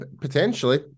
Potentially